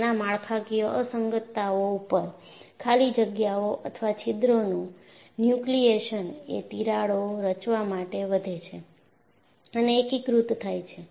નાના માળખાકીય અસંગતતાઓ ઉપર ખાલી જગ્યાઓ અથવા છિદ્રોનું ન્યુક્લિએશન એ તિરાડો રચવા માટે વધે છે અને એકીકૃત થાય છે